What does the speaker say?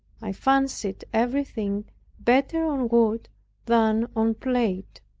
i fancied everything better on wood than on plate.